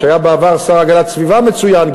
שהיה בעבר שר להגנת סביבה מצוין,